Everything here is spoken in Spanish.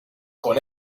con